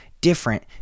different